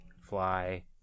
Fly